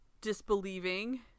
disbelieving